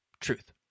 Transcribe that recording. Truth